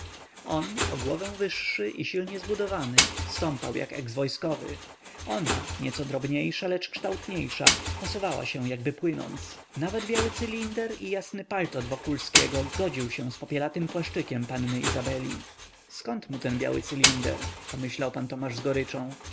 on o głowę wyższy i silnie zbudowany stąpał jak ex-wojskowy ona nieco drobniejsza lecz kształtniejsza posuwała się jakby płynąc nawet biały cylinder i jasny paltot wokulskiego godził się z popielatym płaszczykiem panny izabeli zkąd mu ten biały cylinder pomyślał pan tomasz z goryczą